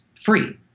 free